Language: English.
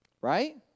Right